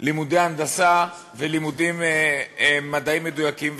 לימודי הנדסה ומדעים מדויקים.